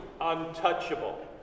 untouchable